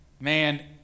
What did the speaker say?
man